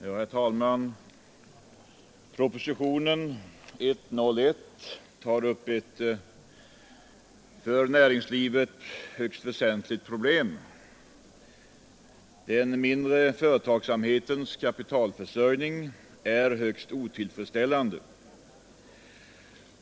Herr talman! Propositionen 101 tar upp ett för näringslivet högst äsentligt problem, nämligen den mindre företagsamhetens kapitalförsörjning, som är högst otillfredsställande.